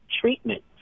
treatment